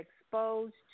exposed